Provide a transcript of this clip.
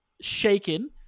shaken